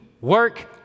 Work